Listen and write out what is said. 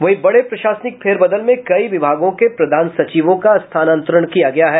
वहीं बड़े प्रशासनिक फेरबदल में कई विभागों के प्रधान सचिवों का स्थानांतरण किया गया है